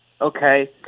Okay